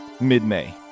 mid-May